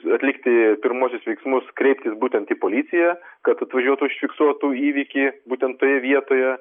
atlikti pirmuosius veiksmus kreiptis būtent į policiją kad atvažiuotų užfiksuotų įvykį būtent toje vietoje